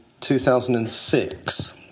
2006